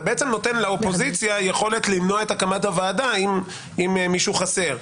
אתה בעצם נותן לאופוזיציה יכולת למנוע את הקמת הוועדה אם מישהו חסר,